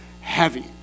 heavy